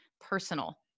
personal